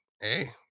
hey